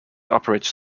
operates